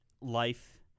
life